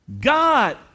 God